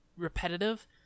repetitive